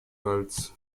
ggf